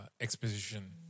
exposition